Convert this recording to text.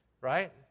right